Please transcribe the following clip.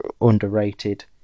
underrated